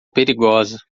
perigosa